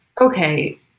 Okay